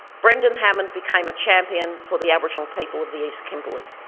brendan hammond became a champion for the aboriginal people of the east kimberley.